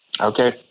Okay